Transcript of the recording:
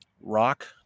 rock